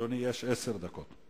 עשר דקות,